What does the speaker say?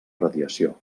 radiació